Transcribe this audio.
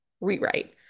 rewrite